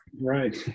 Right